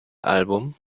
album